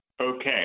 Okay